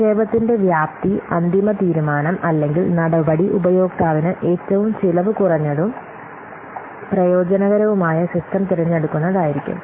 നിക്ഷേപത്തിന്റെ വ്യാപ്തി അന്തിമ തീരുമാനം അല്ലെങ്കിൽ നടപടി ഉപയോക്താവിന് ഏറ്റവും ചെലവു കുറഞ്ഞതും പ്രയോജനകരവുമായ സിസ്റ്റം തിരഞ്ഞെടുക്കുന്നതായിരിക്കും